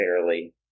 fairly